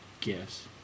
guess